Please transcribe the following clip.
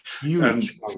Huge